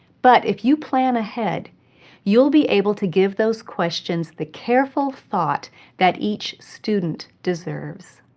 but if you plan ahead you will be able to give those questions the careful thought that each student deserves.